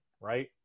right